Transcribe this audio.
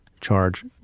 charge